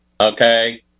okay